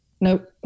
Nope